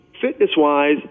Fitness-wise